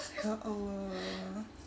ya !alah!